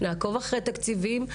נעקוב אחרי תקציבים.